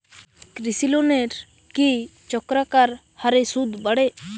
কৃষি লোনের কি চক্রাকার হারে সুদ বাড়ে?